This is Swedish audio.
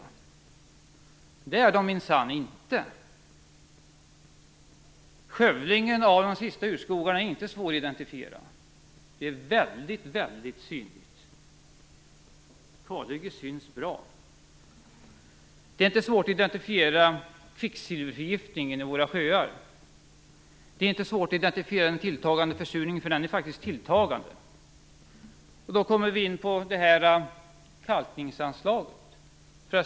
Det är de minsann inte. Skövlingen av de sista urskogarna är inte svår att identifiera. Den är väldigt synlig - kalhyggen syns bra. Det är inte svårt att identifiera kvicksilverförgiftningen i våra sjöar. Det är inte svårt att identifiera den tilltagande försurningen - den är faktiskt tilltagande. Då kommer vi in på kalkningsanslaget.